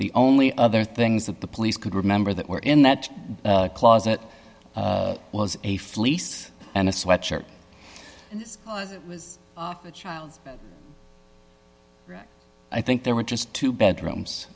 the only other things that the police could remember that were in that closet was a fleece and a sweatshirt i think there were just two bedrooms